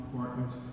Partners